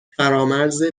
فرامرز